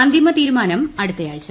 അന്തിമ തീരുമാനം അടുത്ത ആഴ്ച